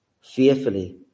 fearfully